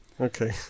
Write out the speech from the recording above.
Okay